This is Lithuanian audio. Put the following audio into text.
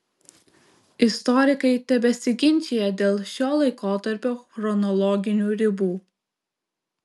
istorikai tebesiginčija dėl šio laikotarpio chronologinių ribų